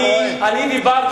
אתה טועה.